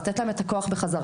לתת להם את הכוח חזרה.